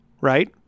right